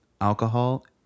Alcohol